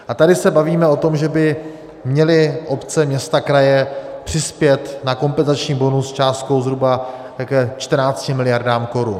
A tady se bavíme o tom, že by měly obce, města a kraje přispět na kompenzační bonus částkou zhruba 14 mld. korun.